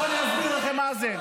אבל --- עכשיו אני אסביר לכם מה זה.